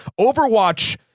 overwatch